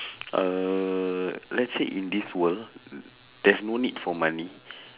uh let's say in this world there's no need for money